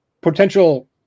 potential